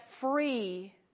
free